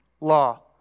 law